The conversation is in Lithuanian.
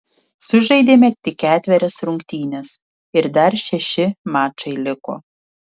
sužaidėme tik ketverias rungtynes ir dar šeši mačai liko